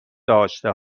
داشته